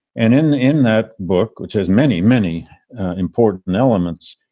and in in that book, which has many, many important elements,